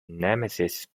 nemesis